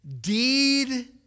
deed